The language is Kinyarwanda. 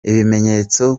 ibimenyetso